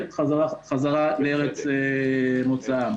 וחזרה לארץ המוצא.